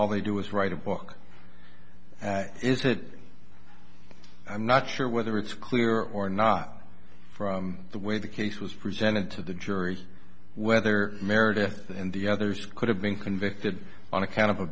all they do is write a book as had i'm not sure whether it's clear or not from the way the case was presented to the jury whether meredith and the others could have been convicted on a kind of a